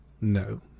no